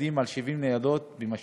אנחנו עומדים על 70 ניידות במשמרת,